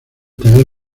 taller